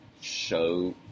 show